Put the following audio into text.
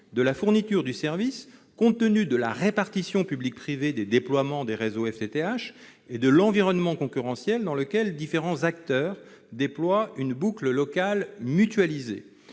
de la fourniture du service compte tenu de la répartition public-privé des déploiements des réseaux FTTH et de l'environnement concurrentiel, dans lequel différents acteurs déploient une boucle locale mutualisée